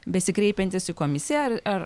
besikreipiantis į komisiją ar ar